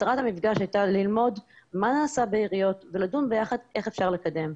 מטרת המפגש הייתה ללמוד מה נעשה בעיריות ולדון ביחד איך אפשר לקדם.